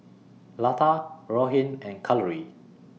Lata Rohit and Kalluri